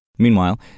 Meanwhile